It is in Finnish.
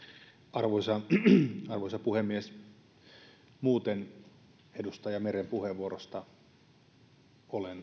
arvoisa puhemies muuten edustaja meren puheenvuorosta olen